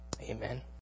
Amen